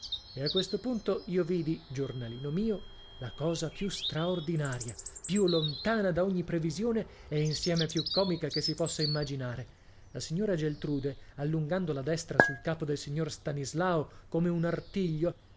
e a questo punto io vidi giornalino mio la cosa più straordinaria più lontana da ogni previsione e insieme più comica che si possa immaginare la signora geltrude allungando la destra sul capo del signor stanislao come un artiglio